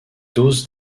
dose